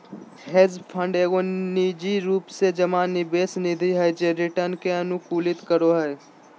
hedge fund एगो निजी रूप से जमा निवेश निधि हय जे रिटर्न के अनुकूलित करो हय